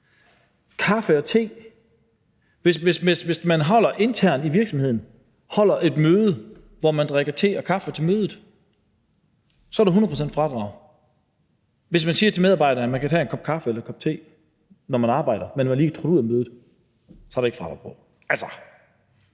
kaffe og te, er der, hvis man internt i virksomheden holder et møde, hvor man drikker te og kaffe til mødet, 100 pct.s fradrag; hvis man siger til medarbejderne, at de kan tage en kop kaffe eller en kop te, når de arbejder, og de lige er trådt ud fra mødet, så er der ikke et fradrag på det.